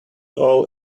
all